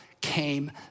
came